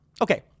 Okay